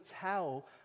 tell